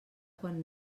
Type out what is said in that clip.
quan